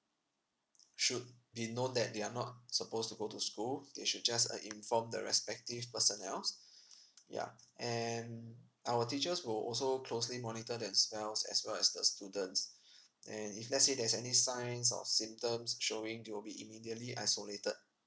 should be known that they are not supposed to go to school they should just uh inform the respective personnels yeah and our teachers will also closely monitor themselves as well as the students and if let's say there's any signs or symptoms showing they will be immediately isolated